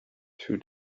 two